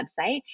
website